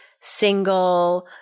single